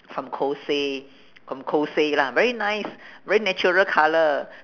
from kose from kose lah very nice very natural colour